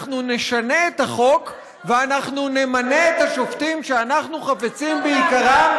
אנחנו נשנה את החוק ואנחנו נמנה את השופטים שאנחנו חפצים ביקרם,